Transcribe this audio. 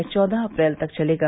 यह चौदह अप्रैल तक चलेगा